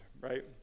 right